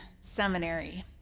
seminary